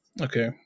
okay